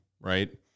Right